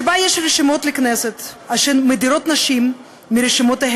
שבה יש רשימות לכנסת אשר מדירות נשים מרשימותיהן,